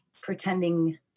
pretending